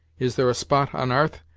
is there a spot on arth,